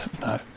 No